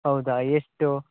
ಹೌದಾ ಎಷ್ಟು